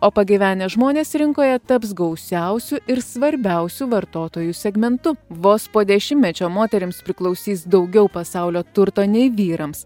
o pagyvenę žmonės rinkoje taps gausiausių ir svarbiausių vartotojų segmentu vos po dešimtmečio moterims priklausys daugiau pasaulio turto nei vyrams